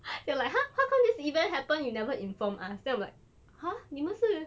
they're like !huh! how come this event happened you never inform us then I'm like !huh! 你们是